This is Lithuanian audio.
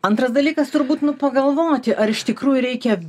antras dalykas turbūt nu pagalvoti ar iš tikrųjų reikia